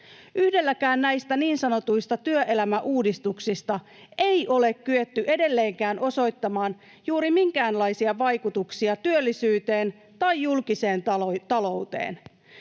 Yhdelläkään näistä niin sanotuista työelämäuudistuksista ei ole kyetty edelleenkään osoittamaan juuri minkäänlaisia vaikutuksia työllisyyteen tai julkiseen talouteen.